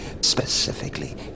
specifically